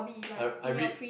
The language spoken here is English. I I read